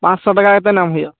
ᱯᱟᱸᱪᱥᱚ ᱴᱟᱠᱟ ᱠᱟᱛᱮᱫ ᱮᱢ ᱦᱩᱭᱩᱜᱼᱟ